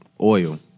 oil